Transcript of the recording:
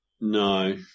No